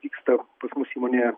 vyksta pas mus įmonėje